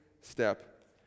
step